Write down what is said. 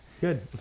Good